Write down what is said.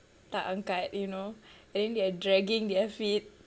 tak angkat you know and then they're dragging their feet